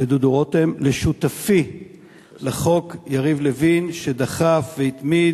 לדודו רותם, לשותפי לחוק יריב לוין, שדחף והתמיד